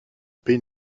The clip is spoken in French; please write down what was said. pays